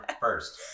first